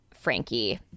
frankie